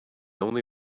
only